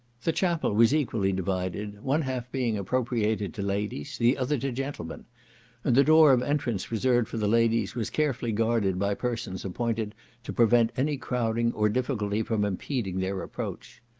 the chapel was equally divided, one half being appropriated to ladies, the other to gentlemen and the door of entrance reserved for the ladies was carefully guarded by persons appointed to prevent any crowding or difficulty from impeding their approach.